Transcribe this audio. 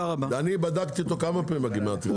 ואני בדקתי אותו כל הזמן בגימטרייה,